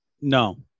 No